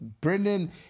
Brendan